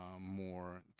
more